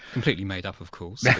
completely made up of course, yeah